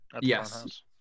Yes